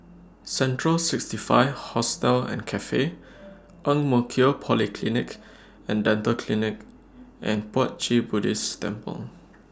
Central sixty five Hostel and Cafe Ang Mo Kio Polyclinic and Dental Clinic and Puat Jit Buddhist Temple